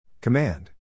Command